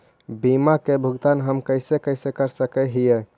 बीमा के भुगतान हम कैसे कैसे कर सक हिय?